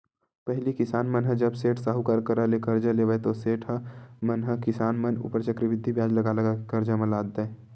पहिली किसान मन ह जब सेठ, साहूकार करा ले करजा लेवय ता सेठ मन ह किसान मन ऊपर चक्रबृद्धि बियाज लगा लगा के करजा म लाद देय